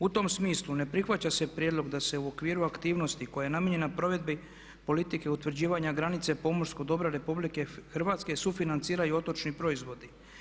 U tom smislu ne prihvaća se prijedlog da se u okviru aktivnosti koja je namijenjena provedbi politike utvrđivanja granice pomorskog dobra RH sufinanciraju otočni proizvodi.